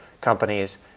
companies